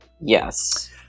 Yes